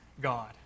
God